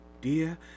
dear